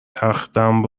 تختم